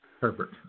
Herbert